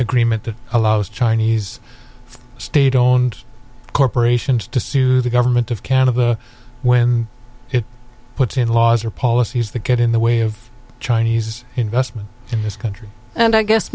agreement that allows chinese state owned corporations to sue the government of canada when it puts in laws or policies that get in the way of chinese investment in this country and i guess